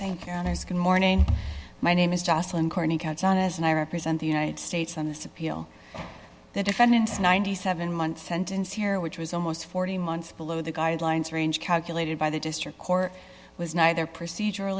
morning my name is justin carney counts on as and i represent the united states on this appeal the defendant's ninety seven month sentence here which was almost forty months below the guidelines range calculated by the district court was neither procedur